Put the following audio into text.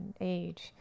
age